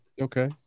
Okay